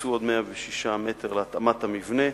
והוקצו עוד 106 מ"ר להתאמת המבנה.